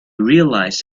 realize